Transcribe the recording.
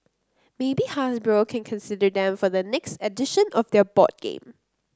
maybe Hasbro can consider them for their next edition of their board game